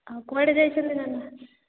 ଆଉ କୁଆଡ଼େ ଯାଇଛନ୍ତି ନନା